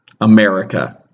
America